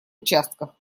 участках